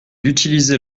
utilisait